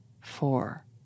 four